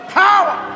power